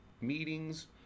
meetings